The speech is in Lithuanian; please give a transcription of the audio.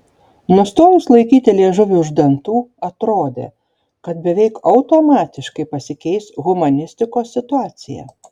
nustojus laikyti liežuvį už dantų atrodė kad beveik automatiškai pasikeis humanistikos situacija